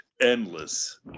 endless